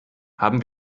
haben